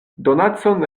donacon